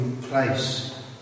place